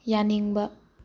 ꯌꯥꯅꯤꯡꯕ